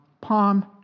Palm